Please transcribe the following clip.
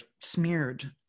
smeared